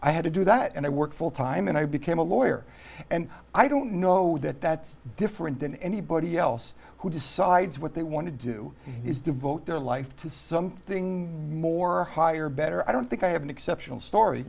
i had to do that and i worked full time and i became a lawyer and i don't know that that's different than anybody else who decides what they want to do is devote their life to something more higher better i don't think i have an exceptional story